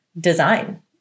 design